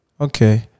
Okay